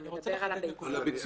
הוא מדבר על הביצים.